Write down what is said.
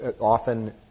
often